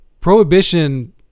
prohibition